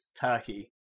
Turkey